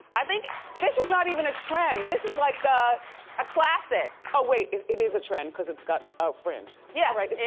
i think this is not even a trend. this is like a. a classic. oh wait, it it is a trend cause it's got a fringe. yeah, right, it yeah